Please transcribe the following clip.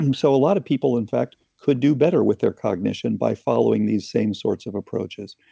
um so a lot of people, in fact, could do better with their cognition by following these same sorts of approaches.